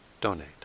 donate